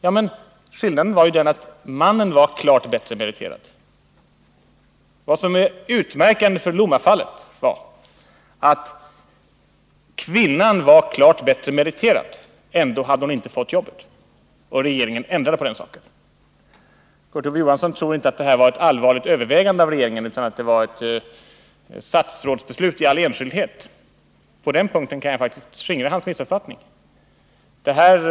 Ja, men skillnaden var ju den att i det fallet var mannen klart bättre meriterad. Vad som är utmärkande för Lommafallet är att kvinnan var klart bättre meriterad och ändå inte hade fått jobbet. Och regeringen ändrade på den saken. Kurt Ove Johansson tror nu inte att detta skedde efter allvarliga överväganden av regeringen utan misstänker att det var ett statsrådsbeslut i all enskildhet. På den punkten kan jag skingra hans misstankar.